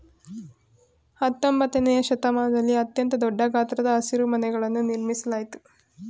ಹತ್ತೊಂಬತ್ತನೆಯ ಶತಮಾನದಲ್ಲಿ ಅತ್ಯಂತ ದೊಡ್ಡ ಗಾತ್ರದ ಹಸಿರುಮನೆಗಳನ್ನು ನಿರ್ಮಿಸಲಾಯ್ತು